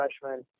freshman